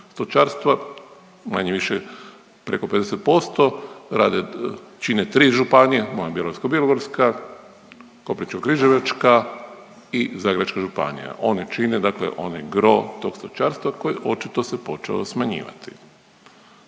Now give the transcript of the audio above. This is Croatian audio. stočarstva manje više je preko 50%, rade, čine 3 županije moja Bjelovarsko-bilogorska, Koprivničko-križevačka i Zagrebačka županija. One čine dakle onaj gro tog stočarstva koji očito se počeo smanjivati.